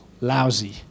lousy